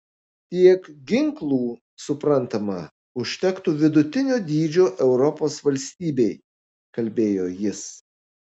tiek ginklų suprantama užtektų vidutinio dydžio europos valstybei kalbėjo jis